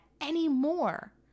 anymore